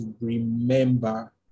remember